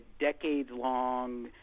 decades-long